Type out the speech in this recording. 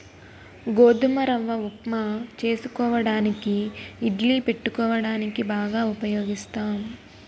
గోధుమ రవ్వ ఉప్మా చేసుకోవడానికి ఇడ్లీ పెట్టుకోవడానికి బాగా ఉపయోగిస్తాం